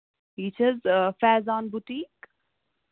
یہِ چھِ حظ فیضان بُٹیٖک